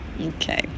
Okay